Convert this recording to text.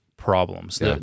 problems